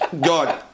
God